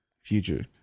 future